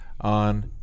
On